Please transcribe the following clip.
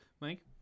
Mike